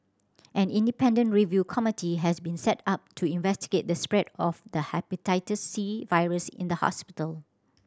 an independent review committee has been set up to investigate the spread of the Hepatitis C virus in the hospital